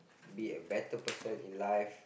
be a better person in life